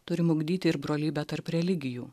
turim ugdyti ir brolybę tarp religijų